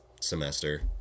semester